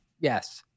Yes